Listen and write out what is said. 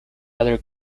other